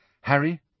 Harry